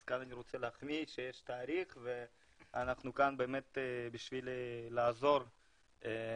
אז כאן אני רוצה להחמיא שיש תאריך ואנחנו כאן באמת בשביל לעזור גם